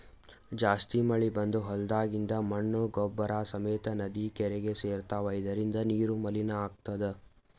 ಜಾಸ್ತಿ ಮಳಿ ಬಂದ್ ಹೊಲ್ದಾಗಿಂದ್ ಮಣ್ಣ್ ಗೊಬ್ಬರ್ ಸಮೇತ್ ನದಿ ಕೆರೀಗಿ ಸೇರ್ತವ್ ಇದರಿಂದ ನೀರು ಮಲಿನ್ ಆತದ್